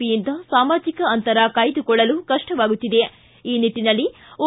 P ಯಿಂದ ಸಾಮಾಜಿಕ ಅಂತರ ಕಾಯ್ದಕೊಳ್ಳಲು ಕಷ್ಟವಾಗುತ್ತಿದೆ ಈ ನಿಟ್ಟನಲ್ಲಿ ಓ